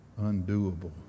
undoable